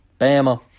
Bama